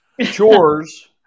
Chores